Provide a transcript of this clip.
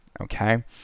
okay